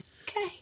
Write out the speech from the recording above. okay